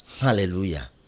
Hallelujah